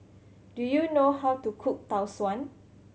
do you know how to cook Tau Suan